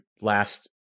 last